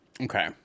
okay